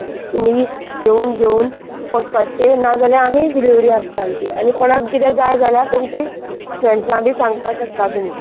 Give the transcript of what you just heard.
तुमी येवून घेवून वचपाचे ना जाल्यार आमी डिलीवरी आसता आमची आनी कोणाक कितें जाय जाल्यार तुमची फ्रेंड्सां बीं सांगपाक शकतात तुमी